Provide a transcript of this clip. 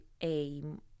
aim